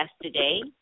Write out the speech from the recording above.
yesterday